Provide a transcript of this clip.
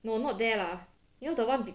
no not there lah you know the one